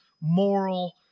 moral